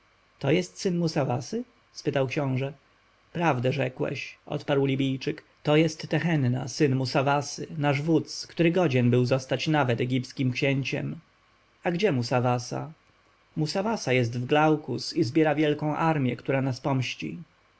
to jest syn musawasy spytał książę prawdę rzekłeś odparł libijczyk to jest tehenna syn musawasy nasz wódz który godzien był zostać nawet egipskim księciem a gdzie musawasa musawasa jest w glaukus i zbiera wielką armję która nas pomści